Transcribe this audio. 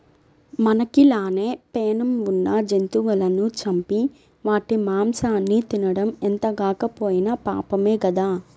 మనకి లానే పేణం ఉన్న జంతువులను చంపి వాటి మాంసాన్ని తినడం ఎంతగాకపోయినా పాపమే గదా